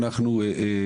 הדיון.